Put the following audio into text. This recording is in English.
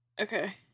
Okay